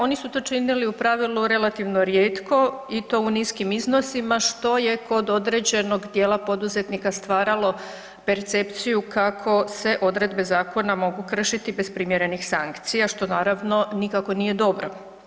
Oni su to činili u pravilu relativno rijetko i to u niskim iznosima što je kod određenog djela poduzetnika stvaralo percepciju kako se odredbe zakona mogu kršiti bez primjerenih sankcija, što naravno nikako nije dobro.